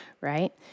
right